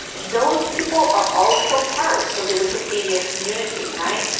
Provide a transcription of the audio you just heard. those people are also part of the wikipedia community, right.